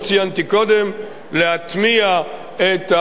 להטמיע את ההערות האלה,